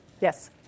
Yes